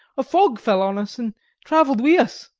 a fog fell on us and travelled wi' us,